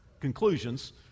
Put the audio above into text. conclusions